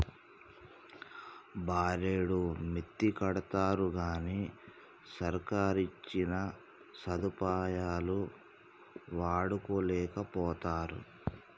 బారెడు మిత్తికడ్తరుగని సర్కారిచ్చిన సదుపాయాలు వాడుకోలేకపోతరు